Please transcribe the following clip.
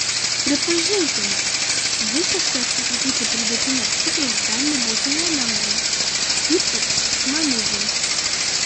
pripažinkime visiškai atsisakyti pridėtinio cukraus gali būti nelengva ypač smaližiams